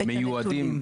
מיועדים.